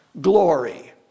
glory